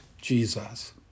Jesus